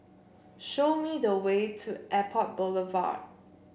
show me the way to Airport Boulevard